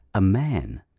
a man,